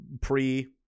pre